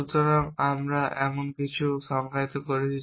সুতরাং আমরা এমন কিছু সংজ্ঞায়িত করেছি